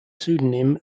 pseudonym